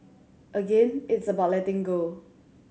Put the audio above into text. again it's about letting go